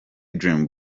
dream